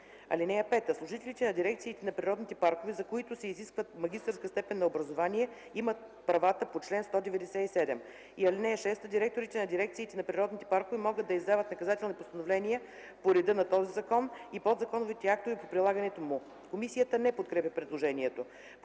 ал. 1. (5) Служителите на дирекциите на природните паркове, за които се изисква магистърска степен на образование, имат правата по член 197. (6) Директорите на дирекциите на природните паркове могат да издават наказателни постановления по реда на този закон и подзаконовите актове по прилагането му.” Комисията не подкрепя предложението.